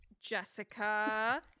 jessica